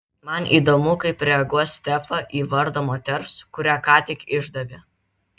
man įdomu kaip reaguos stefa į vardą moters kurią ką tik išdavė